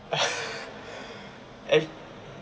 eh